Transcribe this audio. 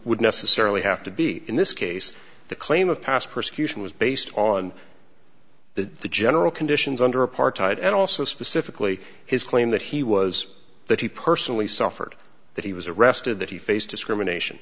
would necessarily have to be in this case the claim of past persecution was based on the the general conditions under apartheid and also specifically his claim that he was that he personally suffered that he was arrested that he faced discrimination